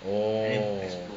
orh